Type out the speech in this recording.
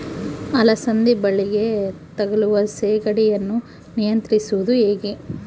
ಅಲಸಂದಿ ಬಳ್ಳಿಗೆ ತಗುಲುವ ಸೇಗಡಿ ಯನ್ನು ನಿಯಂತ್ರಿಸುವುದು ಹೇಗೆ?